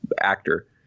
actor